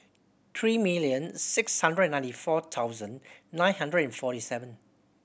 three million six hundred ninety four thousand nine hundred forty seven